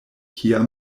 kia